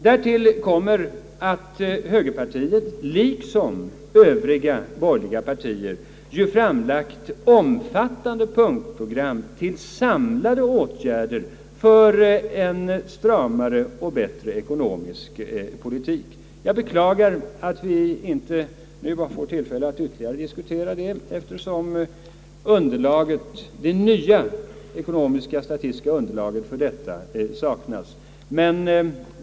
Därtill kommer att högerpartiet liksom övriga borgerliga partier har framlagt ett omfattande punktprosram till samlade åtgärder för en stramare och bättre ekonomisk politik. Jag beklagar att vi inte nu har fått tillfälle att ytterligare diskutera denna del, eftersom det nya ekonomiskt-statistiska underlaget — i konjunkturrapporten — för detta saknas.